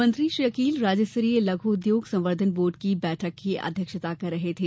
मंत्री श्री अकील राज्य स्तरीय लघू उद्योग संवर्धन बोर्ड की बैठक की अध्यक्षता कर रहे थे